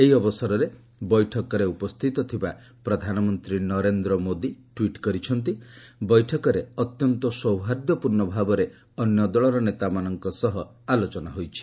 ଏହି ଅବସରରେ ବୈଠକରେ ଉପସ୍ଥିତ ଥିବା ପ୍ରଧାନମନ୍ତ୍ରୀ ନରେନ୍ଦ୍ର ମୋଦି ଟ୍ୱିଟ୍ କରିଛନ୍ତି ବୈଠକରେ ଅତ୍ୟନ୍ତ ସୌହାର୍ଦ୍ଦ୍ୟପୂର୍ଣ୍ଣ ଭାବରେ ଅନ୍ୟ ଦକର ନେତାମାନଙ୍କ ସହ ଆଲୋଚନା ହୋଇଛି